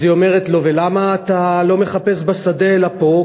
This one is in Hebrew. אז היא אומרת לו, ולמה אתה לא מחפש בשדה אלא פה?